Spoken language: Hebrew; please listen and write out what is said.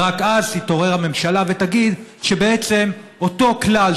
ורק אז תתעורר הממשלה ותגיד שבעצם אותו כלל,